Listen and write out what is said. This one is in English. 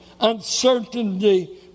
uncertainty